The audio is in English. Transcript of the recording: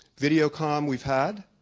video comm we've had.